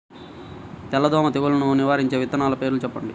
తెల్లదోమ తెగులును నివారించే విత్తనాల పేర్లు చెప్పండి?